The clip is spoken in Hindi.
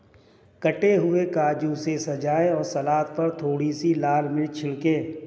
कटे हुए काजू से सजाएं और सलाद पर थोड़ी सी लाल मिर्च छिड़कें